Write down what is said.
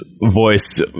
voice